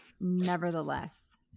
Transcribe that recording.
Nevertheless